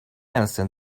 understand